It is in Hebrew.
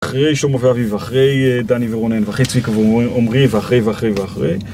אחרי שלמה ואביב, אחרי דני ורונן ואחרי צביקה ועומרי ואחרי ואחרי ואחרי